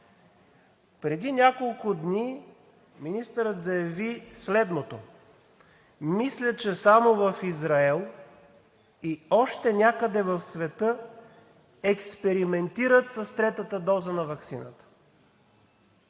Преди няколко дни министърът заяви следното: „Мисля, че само в Израел и още някъде в света експериментират с третата доза на ваксината.“